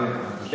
אני אגיד לך,